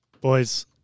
Boys